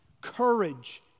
courage